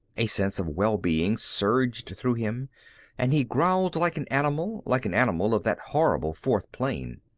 a sense of well-being surged through him and he growled like an animal, like an animal of that horrible fourth plane.